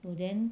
will then